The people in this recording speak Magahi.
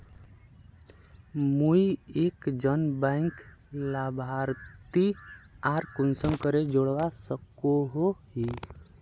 मुई एक जन बैंक लाभारती आर कुंसम करे जोड़वा सकोहो ही?